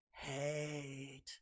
hate